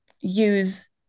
use